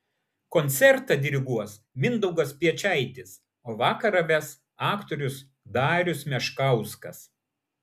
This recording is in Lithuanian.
koncertą diriguos mindaugas piečaitis o vakarą ves aktorius darius meškauskas